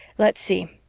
let's see,